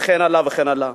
וכן הלאה וכן הלאה.